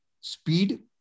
speed